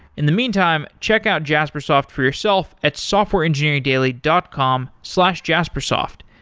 in the meantime, check out jaspersoft for yourself at softwareengineeringdaily dot com slash jaspersoft.